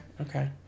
Okay